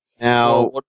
Now